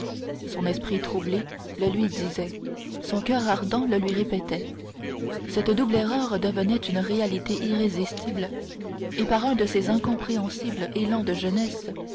son esprit troublé le lui disait son coeur ardent le lui répétait cette double erreur devenait une réalité irrésistible et par un de ces incompréhensibles élans de jeunesse